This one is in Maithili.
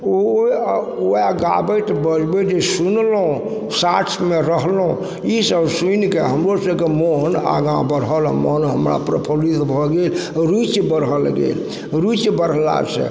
ओ वएह गाबैत बजबैत जे सुनलहुँ साथमे रहलहुँ ई सब सुनिके हमर सबके मोन आगा बढ़ल मन हमर प्रफुल्लित भऽ गेल रूचि बढ़ल गेल रूचि बढ़लासँ